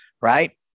right